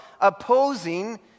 opposing